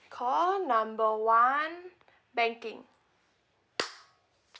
call number one banking